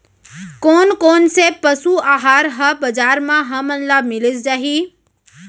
कोन कोन से पसु आहार ह बजार म हमन ल मिलिस जाही?